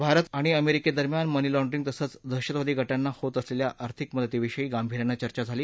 भारत आणि अमेरिकेदरम्यान money laundering तसंच दहशतवादी गटाना होत असलेल्या आर्थिक मदतीविषयी गांभीर्यानं चर्चा झाली